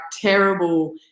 terrible